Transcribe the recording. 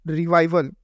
revival